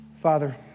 Father